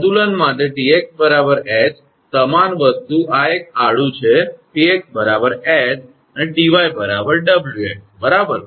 સંતુલન માટે 𝑇𝑥 𝐻 સમાન વસ્તુ આ એક આડું છે 𝑇𝑥 𝐻 અને 𝑇𝑦 𝑊𝑥 બરાબર